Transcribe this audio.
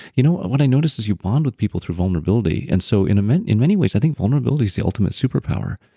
you know ah what i noticed is you bond with people through vulnerability, and so in many in many ways, i think vulnerability is the ultimate superpower.